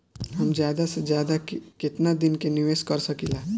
हम ज्यदा से ज्यदा केतना दिन के निवेश कर सकिला?